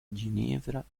ginevra